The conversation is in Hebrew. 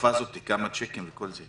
בתקופה הזאת, כמה צ'קים בתקופה הזאת.